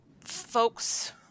folks